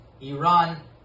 Iran